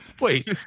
Wait